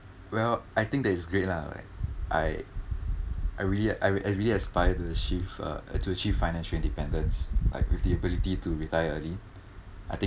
well I think that is great lah like I I really I I really aspire to achieve uh to achieve financial independence like with the ability to retire early I think